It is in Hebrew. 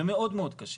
זה מאוד מאוד קשה.